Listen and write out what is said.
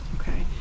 Okay